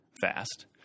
fast